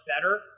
better